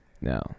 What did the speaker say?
No